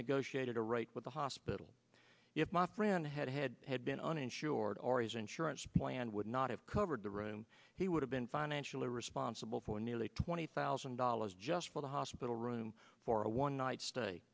negotiated a right with the hospital if my friend had had had been uninsured or ease insurance plan would not have covered the room he would have been financially responsible for nearly twenty thousand dollars just for the hospital room for a one night stay